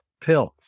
Pills